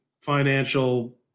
financial